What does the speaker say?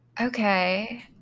Okay